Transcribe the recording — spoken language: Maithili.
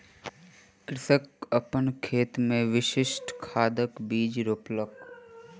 कृषक अपन खेत मे विशिष्ठ दाखक बीज रोपलक